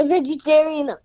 Vegetarian